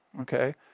okay